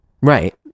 right